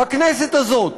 בכנסת הזאת,